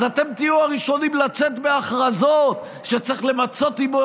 אז אתם תהיו הראשונים לצאת בהכרזות שצריך למצות עימו